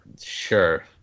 Sure